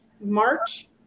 March